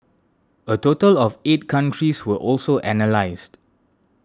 a total of eight countries were also analysed